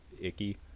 icky